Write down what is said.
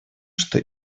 что